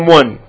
one